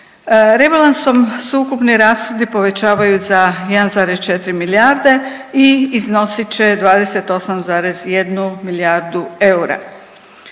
Rebalansom se ukupni rashodi povećavaju za 1,4 milijarde i iznosit će 28,1 milijardu eura.